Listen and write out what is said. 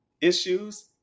issues